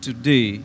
Today